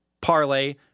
parlay